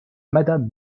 madame